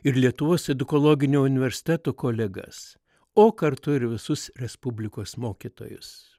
ir lietuvos edukologinio universiteto kolegas o kartu ir visus respublikos mokytojus